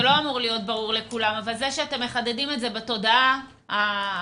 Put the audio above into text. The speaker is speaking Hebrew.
זה לא אמור להיות ברור לכולם אבל זה שאתם מחדדים את זה בתודעה החברתית